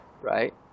right